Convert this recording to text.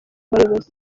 bayobozi